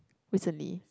recently